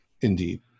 Indeed